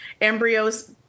embryos